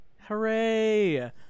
Hooray